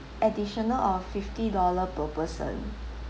additional of fifty dollar per person